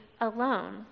alone